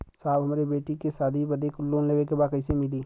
साहब हमरे बेटी के शादी बदे के लोन लेवे के बा कइसे मिलि?